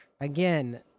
Again